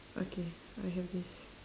okay I have this